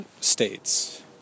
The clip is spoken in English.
states